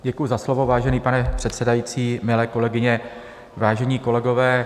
Děkuji za slovo, vážený pane předsedající, milé kolegyně, vážení kolegové.